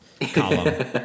column